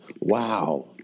Wow